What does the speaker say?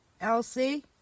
Elsie